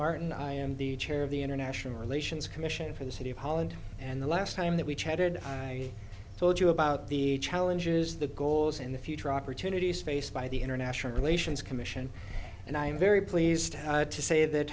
martin i am the chair of the international relations commission for the city of holland and the last time that we chatted i told you about the challenges the goals and the future opportunities faced by the international relations commission and i'm very pleased to say that